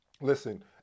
Listen